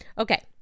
Okay